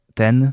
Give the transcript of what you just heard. ten